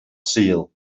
sul